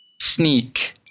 Sneak